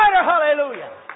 Hallelujah